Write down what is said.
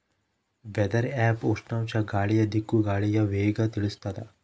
weather app ಉಷ್ಣಾಂಶ ಗಾಳಿಯ ದಿಕ್ಕು ಗಾಳಿಯ ವೇಗ ತಿಳಿಸುತಾದ